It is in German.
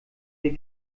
wir